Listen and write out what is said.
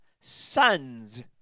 Sons